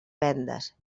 vendes